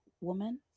woman